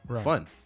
fun